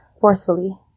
forcefully